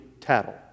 tattle